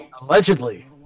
Allegedly